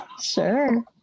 Sure